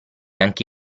anche